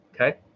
Okay